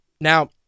Now